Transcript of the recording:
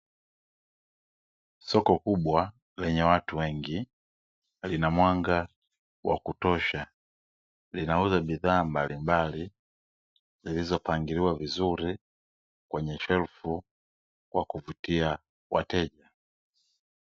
Soko kubwa lenye watu wengi, lina mwanga wa kutosha, linauza bidhaa mbalimbali, zilizopangiliwa vizuri kwenye shelfu, kwa kuvutia wateja.